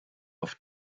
auf